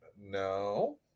No